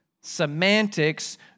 semantics